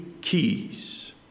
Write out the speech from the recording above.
keys